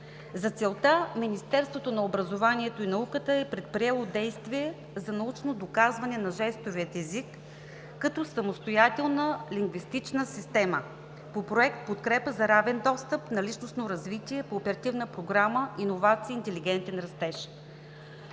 За целта Министерството на образованието и науката е предприело действия за научно доказване на жестовия език като самостоятелна лингвистична система по Проект „Подкрепа за равен достъп на личностно развитие“ по Оперативна програма „Иновации и интелигентен растеж“.